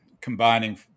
combining